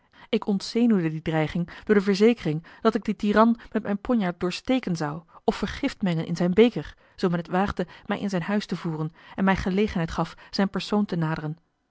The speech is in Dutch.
ik ontzenuwde die dreiging door de verzekering dat ik den tiran met mijn ponjaard doorsteken zou of vergift mengen in zijn beker zoo men het waagde mij in zijn huis te voeren en mij gelegenheid gaf zijn persoon te naderen